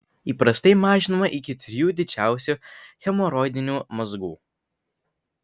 įprastai mažinama iki trijų didžiausių hemoroidinių mazgų